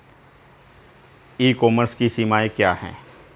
ई commerce की सीमाएं क्या हैं?